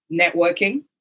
networking